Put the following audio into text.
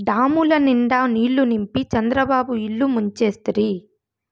డాముల నిండా నీళ్ళు నింపి చంద్రబాబు ఇల్లు ముంచేస్తిరి